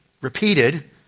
repeated